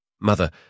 Mother